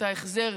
את ההחזר,